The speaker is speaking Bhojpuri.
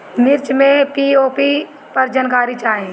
मिर्च मे पी.ओ.पी पर जानकारी चाही?